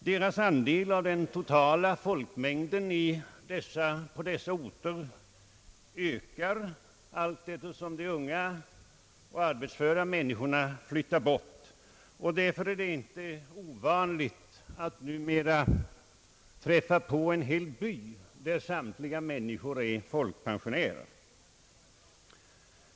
Deras andel av den totala folkmängden på dessa orter ökar allteftersom de unga och arbetsföra människorna flyttar bort. Därför är det inte ovanligt att numera träffa på en hel by, där samtliga människor är folkpensionärer.